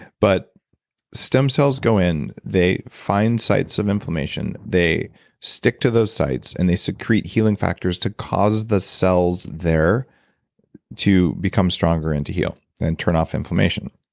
but stem cells go in, they find sites of inflammation, they stick to those sites, and they secrete healing factors to cause the cells there to become stronger and to heal and turn off inflammation.